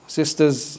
sisters